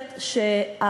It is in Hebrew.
לא,